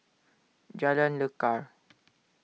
Jalan Lekar